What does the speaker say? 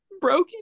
broken